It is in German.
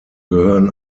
gehören